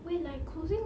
wait like closing